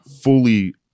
fully